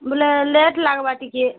ବୋଲେ ଲେଟ୍ ଲାଗିବ ଟିକେ